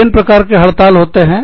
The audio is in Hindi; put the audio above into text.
विभिन्न प्रकार के हड़ताल होते हैं